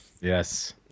Yes